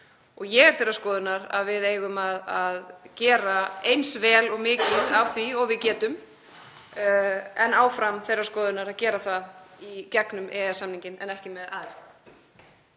Ég er þeirrar skoðunar að við eigum að gera eins vel og mikið af því og við getum og er áfram þeirrar skoðunar að gera það í gegnum EES-samninginn en ekki með aðild.